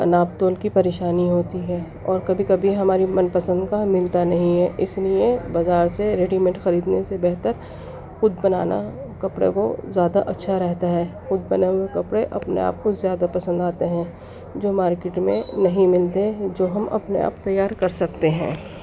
ناپ تول کی پریشانی ہوتی ہے اور کبھی کبھی ہماری من پسند کا ملتا نہیں ہے اس لیے بازار سے ریڈی میڈ خریدنے سے بہتر خود بنانا کپڑے کو زیادہ اچھا رہتا ہے خود بنائے ہوئے کپڑے اپنے آپ کو زیادہ پسند آتے ہیں جو مارکیٹ میں نہیں ملتے جو ہم اپنے آپ تیار کر سکتے ہیں